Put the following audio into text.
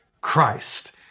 Christ